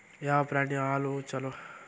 ಯಾವ ಪ್ರಾಣಿ ಹಾಲು ಛಲೋ?